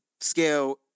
scale